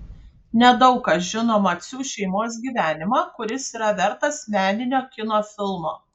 nedaug kas žino macių šeimos gyvenimą kuris yra vertas meninio kino filmo